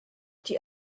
die